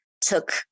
took